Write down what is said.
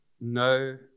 no